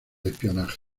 espionaje